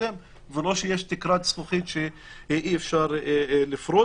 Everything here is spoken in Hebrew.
להתקדם ולא שיש תקרת זכוכית שאי-אפשר לפרוץ.